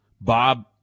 Bob